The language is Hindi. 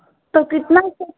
तो कितना